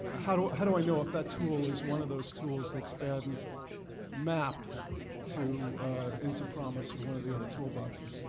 how do how do i know if that tool is one of those tools that's been mapped to into promis or of the other toolboxes?